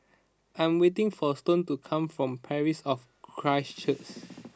I'm waiting for Stone to come from Parish of Christ Church